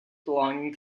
belonging